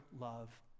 love